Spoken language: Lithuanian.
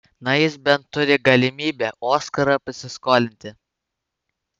na jis bent turi galimybę oskarą pasiskolinti